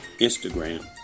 Instagram